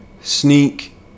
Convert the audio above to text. Sneak